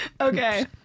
Okay